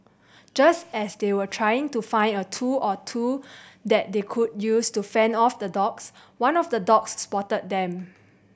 just as they were trying to find a tool or two that they could use to fend off the dogs one of the dogs spotted them